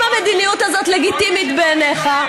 אם המדיניות הזאת לגיטימית בעיניך,